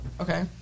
Okay